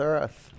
Earth